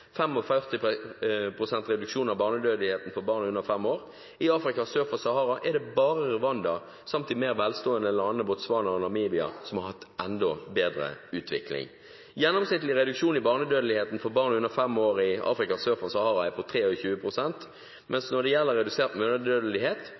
reduksjon av – barnedødeligheten for barn under 5 år. I Afrika sør for Sahara er det bare Rwanda samt de mer velstående landene Botswana og Namibia som har hatt enda bedre utvikling. Gjennomsnittlig reduksjon i barnedødeligheten for barn under 5 år i Afrika sør for Sahara er på